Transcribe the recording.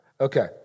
Okay